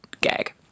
gag